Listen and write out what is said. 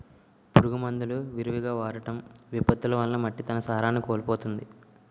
పురుగు మందులు విరివిగా వాడటం, విపత్తులు వలన మట్టి తన సారాన్ని కోల్పోతుంది